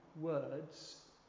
words